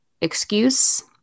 excuse